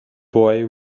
boy